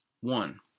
One